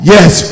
Yes